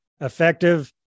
effective